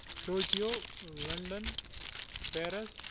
Tokyo London Paris